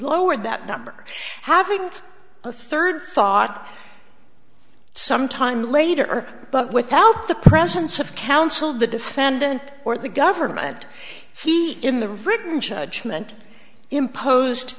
lowered that number have about a third thought some time later but without the presence of counsel the defendant or the governor had he in the written judgment imposed